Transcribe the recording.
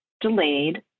delayed